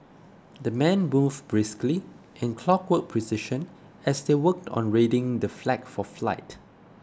the men moved briskly in clockwork precision as they worked on readying the flag for flight